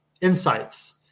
insights